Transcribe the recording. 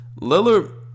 Lillard